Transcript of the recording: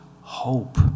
hope